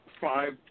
Five